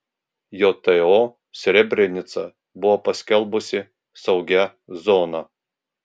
jto srebrenicą buvo paskelbusi saugia zona